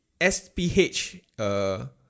SPH